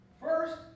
First